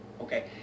Okay